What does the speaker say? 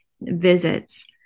visits